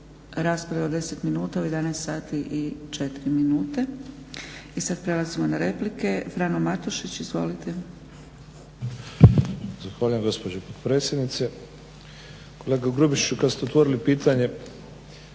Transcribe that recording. rasprave od 10 minuta u 11 sati i 4 minute i sad prelazimo na replike, Frano Matušić. **Matušić, Frano (HDZ)** Zahvaljujem gospođo potpredsjednice. Kolega grubišiću kad ste otvorili pitanje